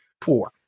poor